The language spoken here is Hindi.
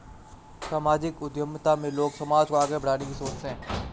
सामाजिक उद्यमिता में लोग समाज को आगे बढ़ाने की सोचते हैं